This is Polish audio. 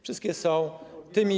Wszystkie są tymi.